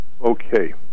Okay